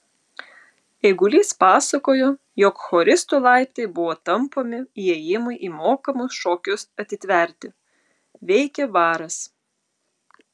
eigulys pasakojo jog choristų laiptai buvo tampomi įėjimui į mokamus šokius atitverti veikė baras